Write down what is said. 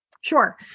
Sure